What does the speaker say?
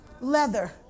leather